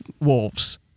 wolves